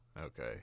Okay